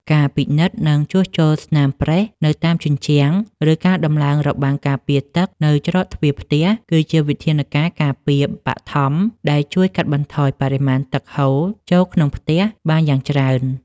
ការពិនិត្យ និងជួសជុលស្នាមប្រេះនៅតាមជញ្ជាំង ឬការដំឡើងរបាំងការពារទឹកនៅច្រកទ្វារផ្ទះ គឺជាវិធានការការពារបឋមដែលជួយកាត់បន្ថយបរិមាណទឹកហូរចូលក្នុងផ្ទះបានយ៉ាងច្រើន។